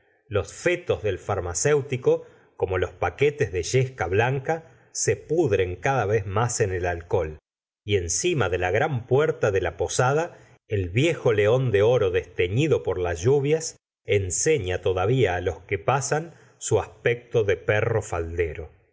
los fetos del farmacéutico como los paquetes de yesca blanca se pudren cada vez más en el alcohol y encima de la gran puerta de la posada el viejo león de oro desteñido por las lluvias enseña todavía los que pasan su aspecto de perro faldero